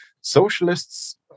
Socialists